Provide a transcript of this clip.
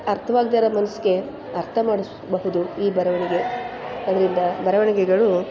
ಅರ್ಥ್ವಾಗ್ದಿರೋರು ಮನಸ್ಸಿಗೆ ಅರ್ಥ ಮಾಡಿಸ ಬಹುದು ಈ ಬರವಣಿಗೆ ಅದರಿಂದ ಬರವಣಿಗೆಗಳು